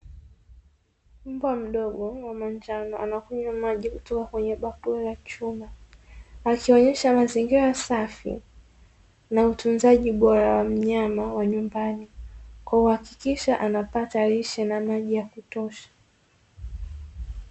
Mbwa mdogo anakunywa maji kutoka kwenye bakuli la chuma, akionyesha mazingira safi na utunzaji bora wa mnyama wa nyumbani kwa kuhakikisha anapata lishe na maji ya kutosha.